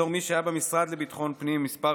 בתור מי שהיה במשרד לביטחון הפנים כמה